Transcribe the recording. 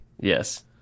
Yes